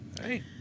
Hey